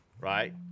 right